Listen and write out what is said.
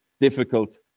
difficult